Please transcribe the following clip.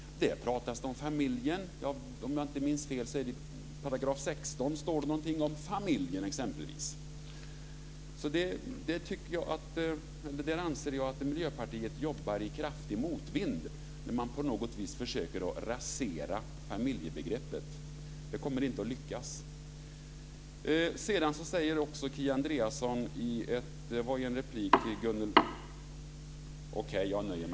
Där pratas det om familjen. Om jag inte minns fel står det någonting om familjen exempelvis i § 16. Jag anser att Miljöpartiet jobbar i kraftig motvind när man på något vis försöker rasera familjebegreppet. Det kommer inte att lyckas.